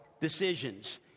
decisions